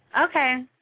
Okay